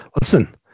Listen